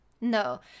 no